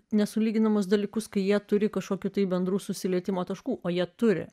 nesulyginamus dalykus kai jie turi kažkokių tai bendrų susilietimo taškų o jie turi